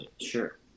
sure